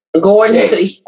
Gordon